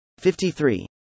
53